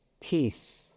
peace